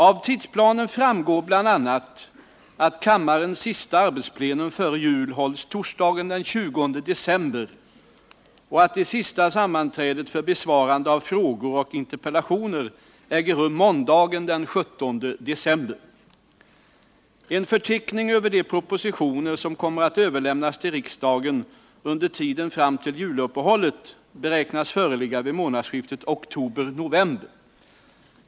Av tidsplanen framgår bl.a. att kammarens sista arbetsplenum före jul hålls torsdagen den 20 december och att det sista sammanträdet för besvarande av frågor och interpellationer äger rum måndagen den 17 december. En förteckning över de propositioner som kommer att överlämnas till riksdagen under tiden fram till juluppehållet beräknas föreligga vid månadsskiftet oktober-november.